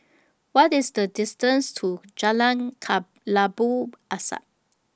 What IS The distance to Jalan Kelabu Asap